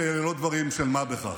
כי אלה לא דברים של מה בכך.